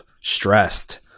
stressed